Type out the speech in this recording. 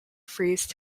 frieze